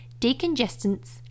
decongestants